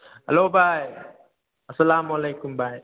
hello ꯕꯥꯏ ꯑꯥꯁꯂꯥꯝ ꯃꯥꯂꯤꯀꯨꯝ ꯕꯥꯏ